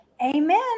Amen